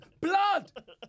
blood